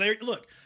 Look